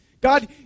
God